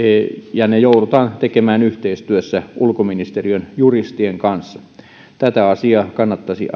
ja ne joudutaan tekemään yhteistyössä ulkoministeriön juristien kanssa tätä asiaa kannattaisi